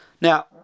Now